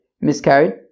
miscarried